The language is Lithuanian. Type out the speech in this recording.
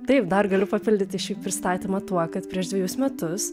taip dar galiu papildyti šį pristatymą tuo kad prieš dvejus metus